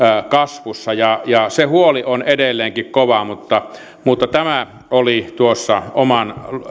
kasvussa ja ja se huoli on edelleenkin kova tämä oli tuossa oman